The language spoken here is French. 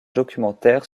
documentaires